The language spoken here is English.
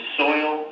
soil